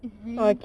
it's really